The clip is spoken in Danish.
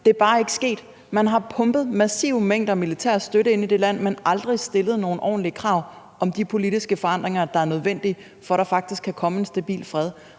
Det er bare ikke sket. Man har pumpet massive mængder militær støtte ind i det land, men aldrig stillet nogle ordentlige krav til de politiske forandringer, der er nødvendige for, at der faktisk kan komme en stabil fred.